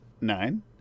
Nine